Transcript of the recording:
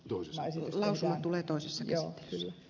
toisessa lause tulee prosesseja ja